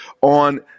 on